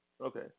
Okay